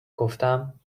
گفتم